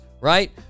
right